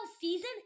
season